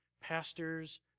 Pastors